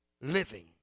living